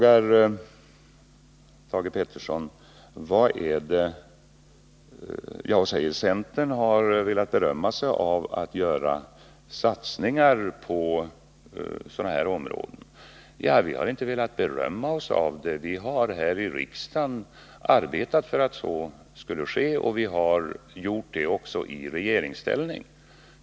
Thage Peterson påstår nu att centern har velat berömma sig av att göra satsningar på sådana här områden. Vi har inte velat berömma oss av det, men vi har här i riksdagen arbetat för att satsningar skulle göras, och vi har gjort det också i regeringsställning.